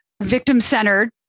victim-centered